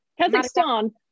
Kazakhstan